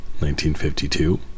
1952